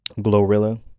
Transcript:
Glorilla